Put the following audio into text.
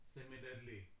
Similarly